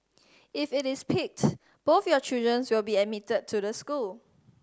if it is picked both your children's will be admitted to the school